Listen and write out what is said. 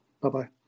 Bye-bye